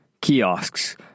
kiosks